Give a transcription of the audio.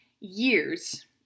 Years